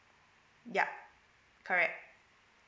yup correct